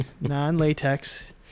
non-latex